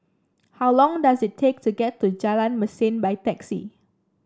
how long does it take to get to Jalan Mesin by taxi